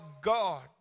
God